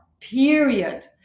period